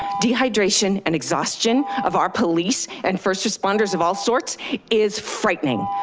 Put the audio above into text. dehydration and exhaustion of our police and first responders of all sorts is frightening.